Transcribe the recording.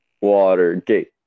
Watergate